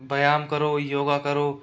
व्यायाम करो योगा करो